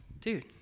dude